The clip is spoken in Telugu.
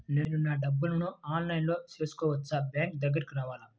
నేను నా డబ్బులను ఆన్లైన్లో చేసుకోవచ్చా? బ్యాంక్ దగ్గరకు రావాలా?